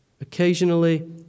Occasionally